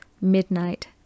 midnight